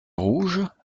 rouge